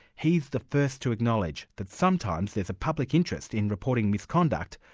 he's the first to acknowledge that sometimes there's a public interest in reporting misconduct,